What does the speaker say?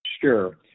sure